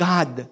God